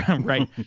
Right